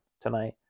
tonight